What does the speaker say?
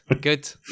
good